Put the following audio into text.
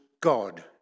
God